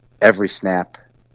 every-snap